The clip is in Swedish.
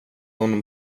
hon